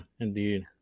Indeed